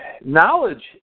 knowledge